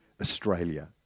Australia